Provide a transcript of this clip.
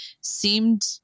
seemed